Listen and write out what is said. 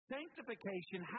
Sanctification